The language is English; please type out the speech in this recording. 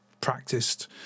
practiced